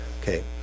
Okay